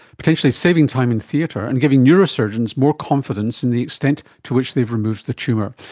potentially saving time in theatre and giving neurosurgeons more confidence in the extent to which they've removed the tumour.